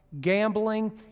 gambling